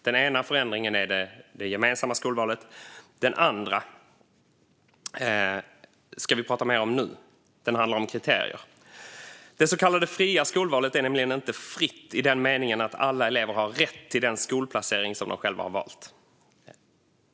Den ena förändringen är det gemensamma skolvalet, och den andra ska vi prata mer om nu. Den handlar om kriterier. Det så kallade fria skolvalet är nämligen inte fritt i den meningen att alla elever har rätt till den skolplacering som de själva har valt.